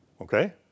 okay